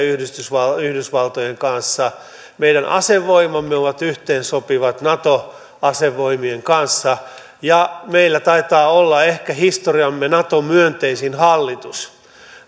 yhdysvaltojen kanssa meidän asevoimamme ovat yhteensopivat nato asevoimien kanssa ja meillä taitaa olla ehkä historiamme nato myönteisin hallitus